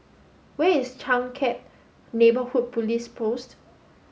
where is Changkat Neighborhood Police Post